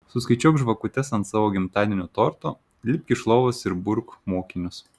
suskaičiuok žvakutes ant savo gimtadienio torto lipk iš lovos ir burk mokinius